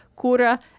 Cura